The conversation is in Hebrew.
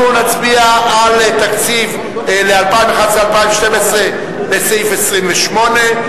אנחנו נצביע על תקציב ל-2011 2012 בסעיף 28,